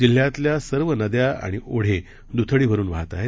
जिल्ह्यातल्या सर्व नद्या आणि ओढे दुथडी भरून वाहत आहेत